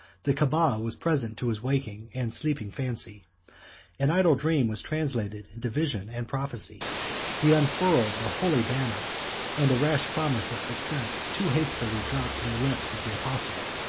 the caaba was present to his waking and sleeping fancy an idle dream was translated into vision and prophecy he unfurled the holy banner and rash promise of success too hastily dropped from the lips of the apostle.